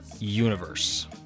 universe